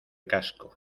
casco